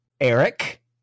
eric